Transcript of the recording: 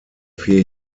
vier